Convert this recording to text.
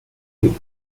you